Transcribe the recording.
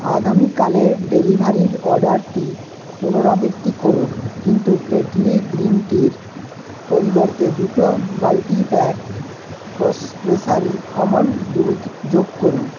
আগামীকালের ডেলিভারির অর্ডারটি পুনরাবৃত্তি করুন কিন্তু টেটলি গ্রিন টির পরিবর্তে দুটো মাল্টি প্যাক প্রস প্রেসারি আমন্ড দুধ যোগ করুন